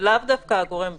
לאו דווקא הגורם בשטח,